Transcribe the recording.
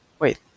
wait